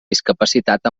discapacitat